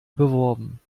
beworben